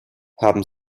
haben